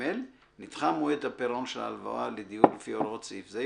(ג)נדחה מועד הפירעון של ההלוואה לדיור לפי הוראות סעיף זה,